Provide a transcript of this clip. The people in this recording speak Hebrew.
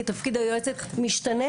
כי תפקיד היועצת משתנה,